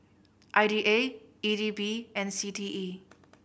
I D A E D B and C T E